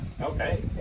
Okay